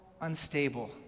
unstable